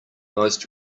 most